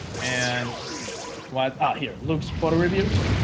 and what's out here looks photo reviews